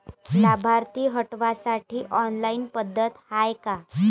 लाभार्थी हटवासाठी ऑनलाईन पद्धत हाय का?